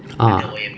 ah